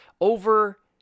over